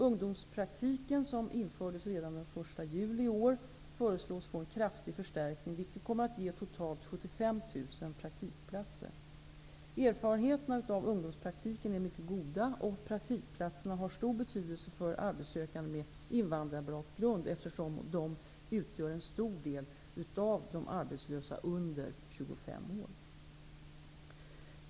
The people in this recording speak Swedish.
Ungdomspraktiken som infördes redan den 1 juli i år föreslås få en kraftig förstärkning, vilket kommer att ge totalt 75 000 praktikplatser. Erfarenheterna av ungdomspraktiken är mycket goda och praktikplatserna har stor betydelse för arbetssökande med invandrarbakgrund eftersom de utgör en stor del av de arbetslösa under 25 år.